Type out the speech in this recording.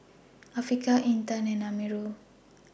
Afiqah Intan and Amirul